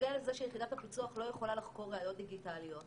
בנוגע לזה שיחידת הפיצוח לא יכולה לחקור ראיות דיגיטליות.